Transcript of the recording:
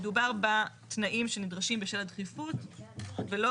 מדובר בתנאים שנדרשים בשל הדחיפות ולא